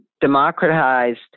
democratized